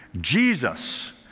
Jesus